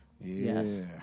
Yes